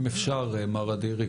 אם אפשר מר אדירי,